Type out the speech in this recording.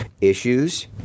issues